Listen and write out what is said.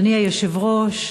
אדוני היושב-ראש,